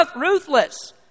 ruthless